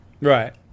Right